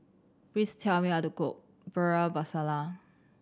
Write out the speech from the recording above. please tell me how to cook Bhindi Masala